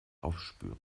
aufspüren